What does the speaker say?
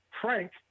Frank